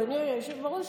אדוני היושב-ראש,